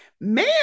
man